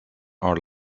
are